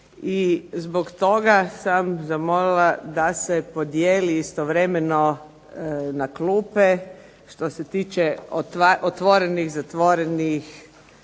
zbog toga sam zamolila da se podijeli istovremeno na klupe što se tiče otvorenih, zatvorenih